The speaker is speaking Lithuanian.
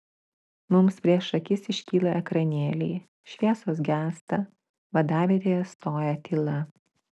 mums prieš akis iškyla ekranėliai šviesos gęsta vadavietėje stoja tyla